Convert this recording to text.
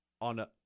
on